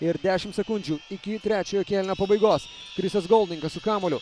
ir dešimt sekundžių iki trečiojo kėlinio pabaigos krisas goldingas su kamuoliu